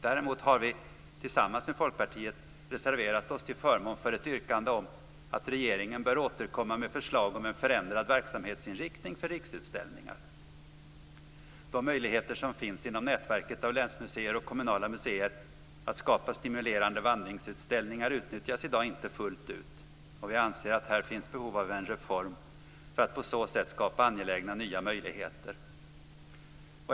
Däremot har vi tillsammans med Folkpartiet reserverat oss till förmån för ett yrkande om att regeringen bör återkomma med förslag om en förändrad verksamhetsinriktning för Riksutställningar. De möjligheter som finns inom nätverket av länsmuseer och kommunala museer att skapa stimulerande vandringsutställningar utnyttjas i dag inte fullt ut. Vi anser att här finns behov av en reform för att på så sätt skapa angelägna nya möjligheter.